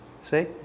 see